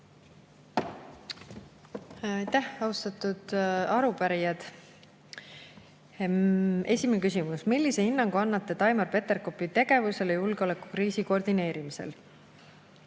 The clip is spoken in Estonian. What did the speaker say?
Aitäh! Austatud arupärijad! Esimene küsimus: "Millise hinnangu annate Taimar Peterkopi tegevusele julgeolekukriisi koordineerimisel?"